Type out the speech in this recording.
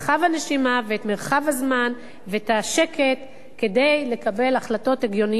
הנשימה ואת מרחב הזמן ואת השקט כדי לקבל החלטות הגיוניות,